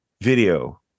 video